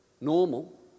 normal